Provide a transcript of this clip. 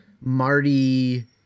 Marty